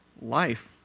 life